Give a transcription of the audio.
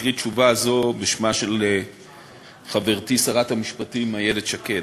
מקריא תשובה זו בשם חברתי שרת המשפטים איילת שקד.